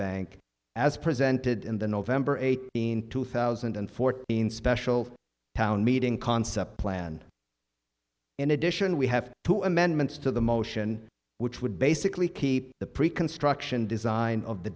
bank as presented in the november eighteenth two thousand and fourteen special town meeting concept planned in addition we have two amendments to the motion which would basically keep the pre construction design of the